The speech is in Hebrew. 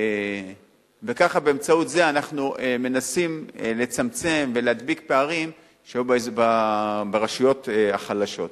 וככה באמצעות זה אנחנו מנסים לצמצם ולהדביק פערים שהיו ברשויות החלשות.